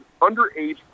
underage